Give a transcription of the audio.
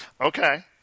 Okay